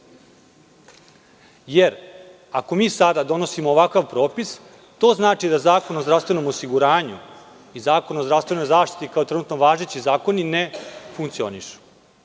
Jer, ako mi sada donosimo ovakav propis, to znači da Zakon o zdravstvenom osiguranju i Zakon o zdravstvenoj zaštiti, kao trenutno važeći zakoni, ne funkcionišu.